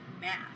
math